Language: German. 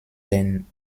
den